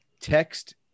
text